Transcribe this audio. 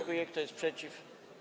Kto jest przeciw?